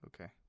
Okay